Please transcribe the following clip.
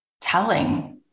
telling